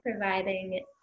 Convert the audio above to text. providing